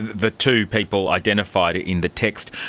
the two people identified in the text.